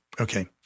Okay